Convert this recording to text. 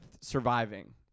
surviving